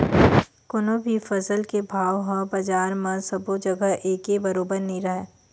कोनो भी फसल के भाव ह बजार म सबो जघा एके बरोबर नइ राहय